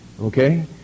Okay